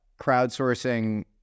crowdsourcing